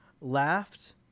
Laughed